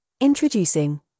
Introducing